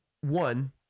one